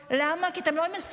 אתם לא יודעים למשול.